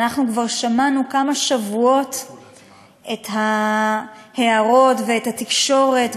ואנחנו כבר שמענו כמה שבועות את ההערות ואת התקשורת,